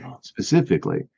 specifically